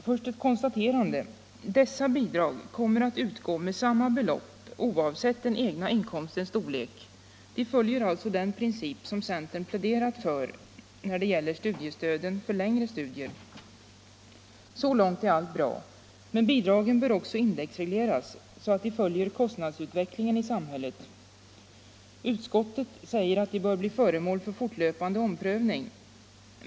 Först ett konstaterande: Dessa bidrag kommer att utgå med samma belopp oavsett den egna inkomstens storlek. De följer alltså.den princip centern pläderat för när det gäller studiestöden för längre studier. Så långt är allt bra. Men bidragen bör också indexregleras så att de följer kostnadsutvecklingen i samhället. Utskottet säger att de bör bli föremål för fortlöpande omprövning.